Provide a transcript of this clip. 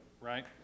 right